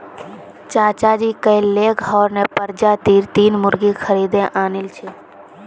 चाचाजी कइल लेगहॉर्न प्रजातीर तीन मुर्गि खरीदे आनिल छ